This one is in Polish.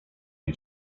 nie